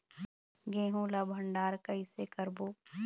गेहूं ला भंडार कई से करबो?